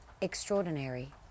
extraordinary